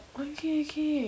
ookay ookay